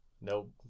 Nope